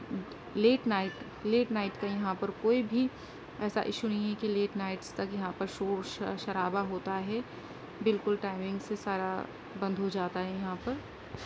late night late night کا یہاں پر کوئی بھی ایسا ایشو نہیں ہے کہ لیٹ نائٹس تک یہاں پر شور شرابا ہوتا ہے بالکل ٹائمنگ سے سارا بند ہو جاتا ہے یہاں پر